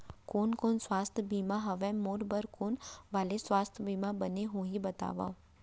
कोन कोन स्वास्थ्य बीमा हवे, मोर बर कोन वाले स्वास्थ बीमा बने होही बताव?